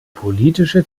politische